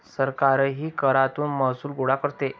सरकारही करातून महसूल गोळा करते